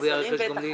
ואת החשכ"ל.